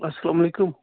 اَسلام علیکُم